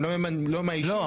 שאם לא מאיישים --- לא,